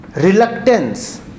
reluctance